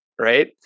Right